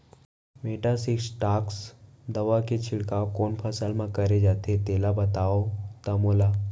Metasystox दवा के छिड़काव कोन फसल म करे जाथे तेला बताओ त मोला?